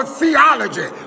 theology